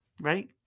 right